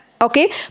Okay